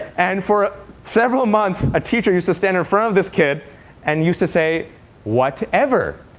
and for several months, a teacher used to stand in front of this kid and used to say whatever.